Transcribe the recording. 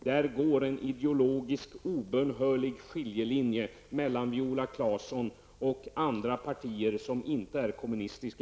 Där går en ideologisk obönhörlig skiljelinje mellan Viola Claessons parti och andra partier, som inte är kommunistiska.